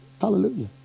Hallelujah